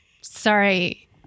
Sorry